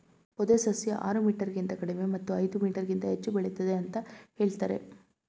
ಪೊದೆ ಸಸ್ಯ ಆರು ಮೀಟರ್ಗಿಂತ ಕಡಿಮೆ ಮತ್ತು ಐದು ಮೀಟರ್ಗಿಂತ ಹೆಚ್ಚು ಬೆಳಿತದೆ ಅಂತ ಹೇಳ್ತರೆ